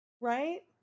Right